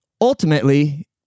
Ultimately